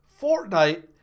Fortnite